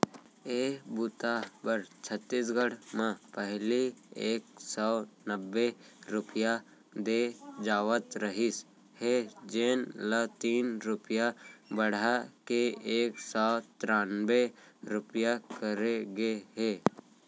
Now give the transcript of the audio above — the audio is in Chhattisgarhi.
ए बूता बर छत्तीसगढ़ म पहिली एक सव नब्बे रूपिया दे जावत रहिस हे जेन ल तीन रूपिया बड़हा के एक सव त्रान्बे रूपिया करे गे हे